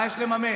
מה יש לממן?